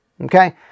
Okay